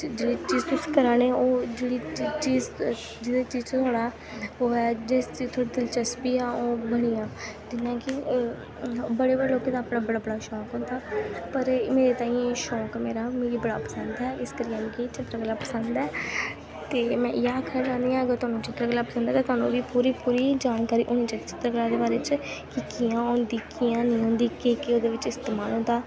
ते जेह्ड़ी चीज तुस करा ने ओ ओह् जेह्ड़ी चीज जेह्ड़ी चीज च थोआड़ा ओह् ऐ जिस चीज च थोआड़ी दिसचस्पी ऐ ओह् बनी जाग जियां कि बड़े बड़े लोकें दा अपना अपना शौंक होंदा पर मेरे ताईं शौंक मेरा मिगी बड़ा पसंद ऐ इस करियै मिगी चित्तरकला पसंद ऐ ते में इ'यै आखना चाह्न्नी आं अगर तोआनू चित्तरकला पसंद ऐ ते तोआनू बी पूरी पूरी जानकारी होनी चाहिदी चित्तरकला दे बारे च कि कि'यां होंदी कि'यां नेईं होंदी केह् केह् ओह्दे बिच्च इस्तेमाल होंदा